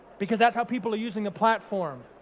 because that's how people are using a platform.